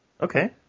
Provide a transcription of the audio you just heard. Okay